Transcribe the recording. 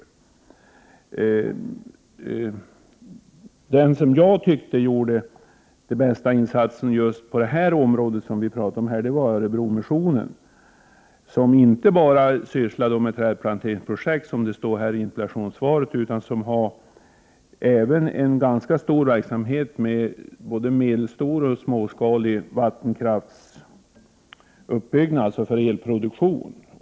Den organisation som jag tyckte gjorde de bästa insatserna på just detta område var Örebromissionen, som inte bara sysslade med trädplanteringsprojekt, som det talas om i interpellationssvaret, utan som också har en ganska stor verksamhet med både medelstor och småskalig vattenkraftsutbyggnad, dvs. elproduktion.